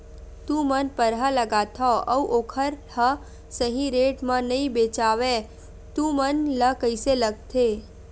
तू मन परहा लगाथव अउ ओखर हा सही रेट मा नई बेचवाए तू मन ला कइसे लगथे?